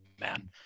man